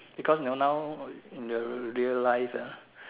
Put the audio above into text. because now now in their real life ah